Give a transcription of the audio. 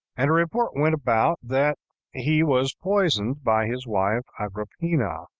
and a report went about that he was poisoned by his wife agrippina.